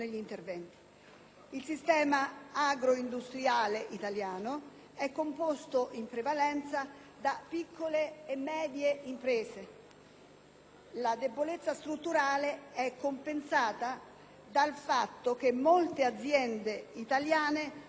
Il sistema agroindustriale italiano è composto in prevalenza da piccole e medie imprese. La debolezza strutturale è compensata dal fatto che molte aziende italiane offrono